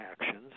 actions